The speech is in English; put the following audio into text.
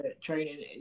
training